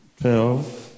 Twelve